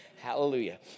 Hallelujah